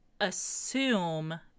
assume